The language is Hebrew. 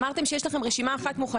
אמרתם שיש לכם רשימה אחת מוכנה.